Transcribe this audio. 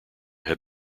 have